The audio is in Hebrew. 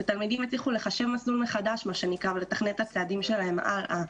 ותלמידים יצליחו לחשב מסלול מחדש ולתכנן את צעדיהם הלאה.